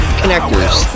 connectors